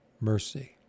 mercy